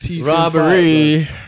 Robbery